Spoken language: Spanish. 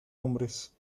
hombres